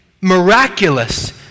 miraculous